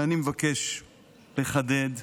ואני מבקש לחדד.